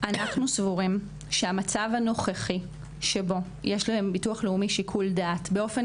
אנחנו סבורים שהמצב הנוכחי שבו יש לביטוח הלאומי שיקול דעת באופן